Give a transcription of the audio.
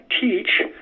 teach